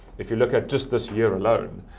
if you look at just this year alone,